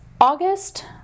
August